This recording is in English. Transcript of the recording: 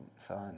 fun